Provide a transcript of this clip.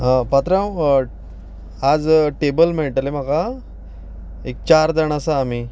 हा पात्रांव आज टेबल मेळटलें म्हाका एक चार जाण आसा आमी